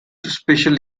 special